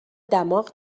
دماغ